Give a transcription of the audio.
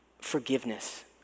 forgiveness